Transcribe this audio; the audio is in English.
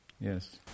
Yes